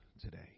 today